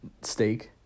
steak